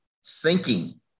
sinking